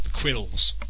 quills